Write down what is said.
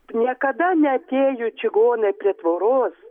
niekada neatėjo čigonai prie tvoros